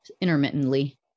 intermittently